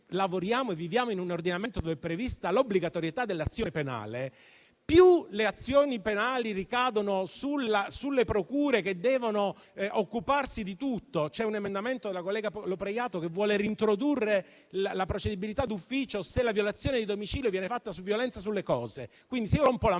e viviamo in un ordinamento in cui è prevista l'obbligatorietà dell'azione penale, pertanto le azioni penali ricadono sulle procure, che devono occuparsi di tutto. C'è un emendamento della collega Lopreiato che vuole reintrodurre la procedibilità d'ufficio, se la violazione di domicilio viene fatta attraverso una violenza sulle cose: se io rompo una